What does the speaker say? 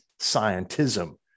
scientism